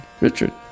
Richard